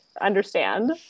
understand